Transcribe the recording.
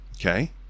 Okay